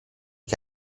che